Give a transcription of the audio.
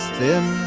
thin